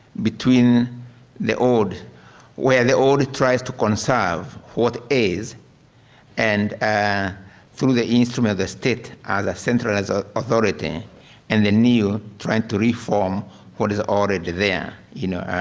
between the old where the old tries to conserve what is and through the instrument of the state are the centralized authority and the new trying to reform what is already there, you know.